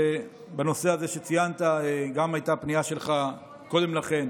בנושא הזה שציינת הייתה גם פנייה שלך קודם לכן